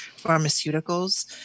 pharmaceuticals